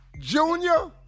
Junior